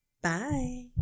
Bye